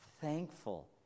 thankful